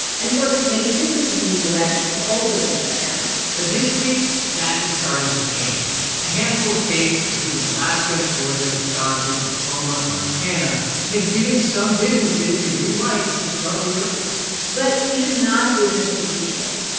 and, of course, many businesses in the u s. have also been shut down but this week, that is starting to change. a handful of states including alaska, georgia, wisconsin, oklahoma and montana have given some businesses the green light to start reopening but it is not business as usual.